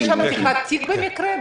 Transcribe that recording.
יש שם פתיחת תיק, במקרה?